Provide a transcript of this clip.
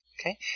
Okay